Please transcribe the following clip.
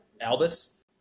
Albus